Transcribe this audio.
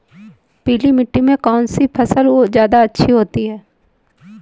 पीली मिट्टी में कौन सी फसल ज्यादा अच्छी होती है?